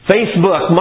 Facebook